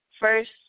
first